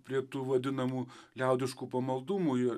prie tų vadinamų liaudiškų pamaldumų ir